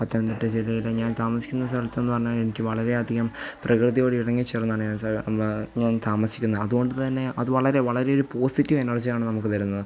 പത്തനംതിട്ട ജില്ലയിലെ ഞാൻ താമസിക്കുന്ന സ്ഥലത്ത് എന്ന് പറഞ്ഞാൽ എനിക്ക് വളരെ അധികം പ്രകൃതിയോടിണങ്ങി ചേർന്നാണ് ഞാൻ സ് ഞാൻ താമസിക്കുന്നത് അതുകൊണ്ട് തന്നെ അത് വളരെ വളരെ ഒരു പോസിറ്റീവ് എനർജി ആണ് നമുക്ക് തരുന്നത്